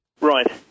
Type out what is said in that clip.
Right